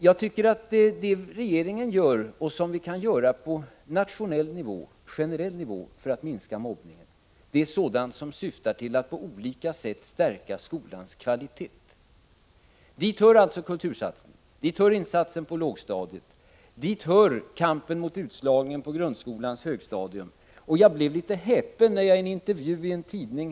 Jag tycker att det som regeringen gör, och det som vi generellt kan göra på nationell nivå för att minska mobbningen, är sådant som syftar till att på olika sätt stärka skolans kvalitet. Dit hör kultursatsningar, insatser på lågstadiet och kampen mot utslagningen på grundskolans högstadium. Jag blev litet häpen när jag häromsistens läste en intervju i en tidning.